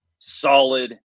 solid